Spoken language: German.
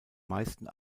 meisten